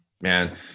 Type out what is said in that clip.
Man